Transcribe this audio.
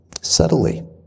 subtly